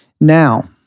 Now